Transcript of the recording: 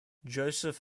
joseph